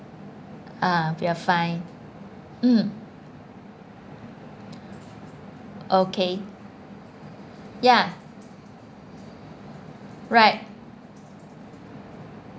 ah we are fine mm okay ya right